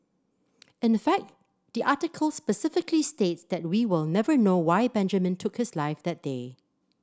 in a fact the article specifically states that we will never know why Benjamin took his life that day